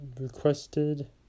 requested